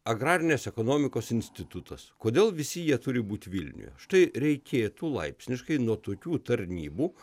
agrarinės ekonomikos institutas kodėl visi jie turi būti vilniuje štai reikėtų laipsniškai nuo tokių tarnybų